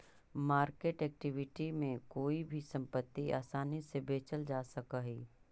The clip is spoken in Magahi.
मार्केट इक्विटी में कोई भी संपत्ति आसानी से बेचल जा सकऽ हई